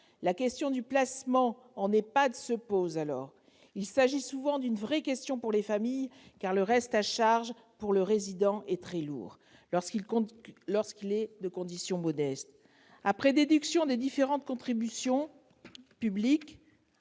La question du placement en EHPAD se pose alors. Il s'agit souvent d'une vraie question pour les familles, car le reste à charge pour le résident est très lourd lorsque celui-ci est de condition modeste. Après déduction des différentes contributions publiques-